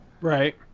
Right